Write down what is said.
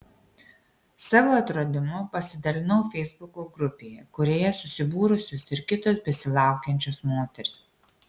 savo atradimu pasidalinau feisbuko grupėje kurioje susibūrusios ir kitos besilaukiančios moterys